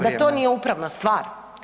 da to nije upravna stvar.